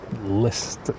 list